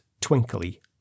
twinkly